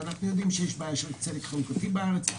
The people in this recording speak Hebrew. ואנחנו יודעים שיש בעיה של צדק חלוקתי בארץ.